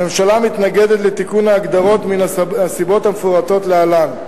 הממשלה מתנגדת לתיקון ההגדרות מן הסיבות המפורטות להלן: